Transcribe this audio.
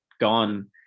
gone